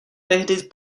tehdy